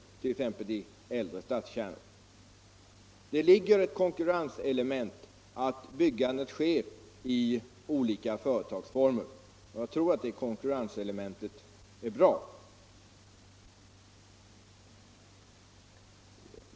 Det ligger ett konkurrenselement i att byggandet sker i olika företagsformer, och jag tror att det elementet är bra.